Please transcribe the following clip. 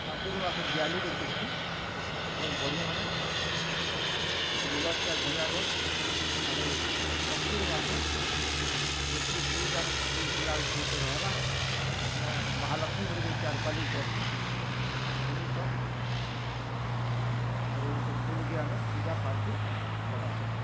କାର୍ତିକ୍ ମାସେ ଦିଆଲିକେ ବିକ୍ସୁଁ ଗଛ୍ ବଢ଼ି ମଲେ ଫୁଲ୍ ଗଛ୍ଟା ଗଛ୍ ଆରୁ ମଗ୍ ସିର୍ ମାସେ୍ ଯେତ୍ କି ଝି ଫୁଲ୍ ଫୁଲା ଭିତରେ ହବା ଆମେ ମହାଲକ୍ଷ୍ମୀ ବୋଲିକରି ଚାର୍ ପାରି କରସୁଁ ଆରୁ ସେ ଫୁଲ୍କେ ଆମେ ପୂଜାପାଠ୍ ଥି ଲଗାସୁଁ